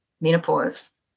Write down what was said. menopause